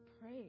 pray